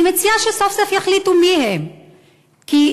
אני מציעה שסוף-סוף יחליטו מי הם כדי